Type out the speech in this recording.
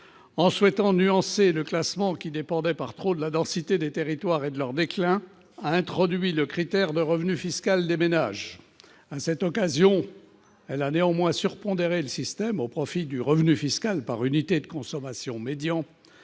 de « nuancer » le classement qui dépendait par trop de la densité des territoires, et de leur déclin, a introduit le critère du revenu fiscal des ménages. À cette occasion, elle a néanmoins surpondéré le système au profit du revenu fiscal par unité de consommation médian,